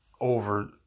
over